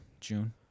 June